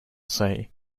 say